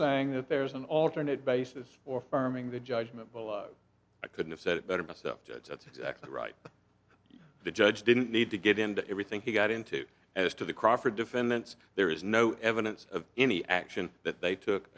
saying that there's an alternate basis or harming the judgment below i couldn't have said it better myself that's exactly right the judge didn't need to get into everything he got into as to the crawford defendants there is no evidence of any action that they took